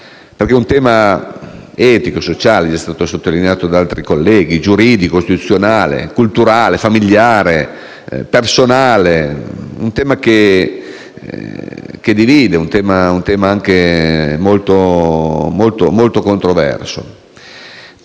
di un tema etico e sociale - come è stato sottolineato da altri colleghi - giuridico, costituzionale, culturale, familiare, personale, un tema che divide e anche molto controverso.